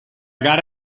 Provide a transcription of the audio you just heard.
gara